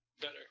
better